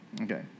Okay